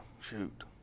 shoot